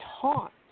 taught